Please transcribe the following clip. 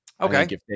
Okay